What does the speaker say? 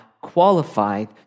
qualified